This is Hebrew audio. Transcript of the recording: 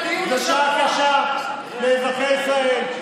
זו שעה קשה לאזרחי ישראל,